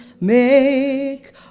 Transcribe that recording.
make